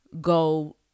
go